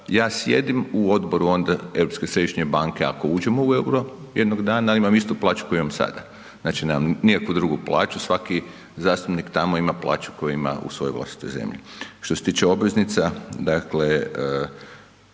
ja sjedim u odboru onda Europske središnje banke ako uđemo u EUR-o jednog dana, imam istu plaću koju imam sada, znači nemam nikakvu drugu plaću, svaki zastupnik tamo ima plaću koju ima u svojoj vlastitoj zemlji. Što se tiče obveznica, dakle